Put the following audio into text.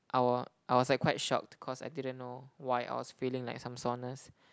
I w~ I was like quite shocked cause I didn't know why I was feeling like some soreness